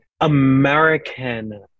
American